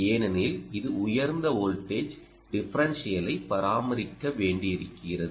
ஏனெனில் இது உயர்ந்த வோல்டேஜ் டிஃபரன்ஷியலை பராமரிக்க வேண்டியிருக்கிறது